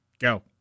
Go